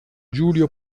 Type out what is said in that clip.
giulio